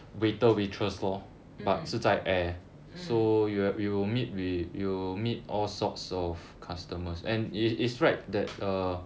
mm mm